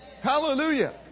Hallelujah